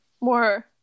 more